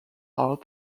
art